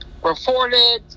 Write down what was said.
Reported